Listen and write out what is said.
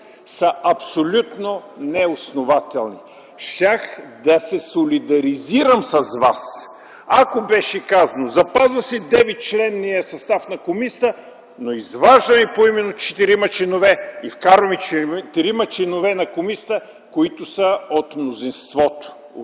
са абсолютно неоснователни. Щях да се солидаризирам с вас, ако беше казано: запазва се 9-членният състав на комисията, но изваждаме поименно 4-ма членове и вкарваме 4-ма членове на комисията, които са от мнозинството,